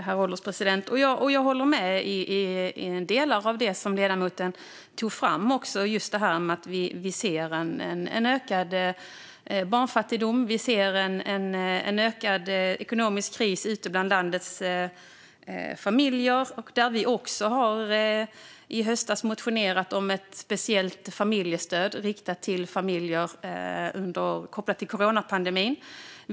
Herr ålderspresident! Jag håller med om delar av det ledamoten tog upp. Vi ser en ökad barnfattigdom och en ökad ekonomisk kris ute bland landets familjer. I höstas motionerade vi därför om ett familjestöd riktat till familjer, kopplat till coronapandemin.